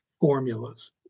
formulas